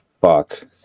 fuck